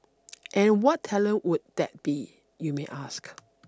and what talent would that be you may ask